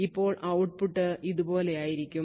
ഇപ്പോൾ ഔട്ട്പുട്ട് ഇതുപോലെയായിരിക്കും